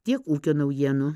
tiek ūkio naujienų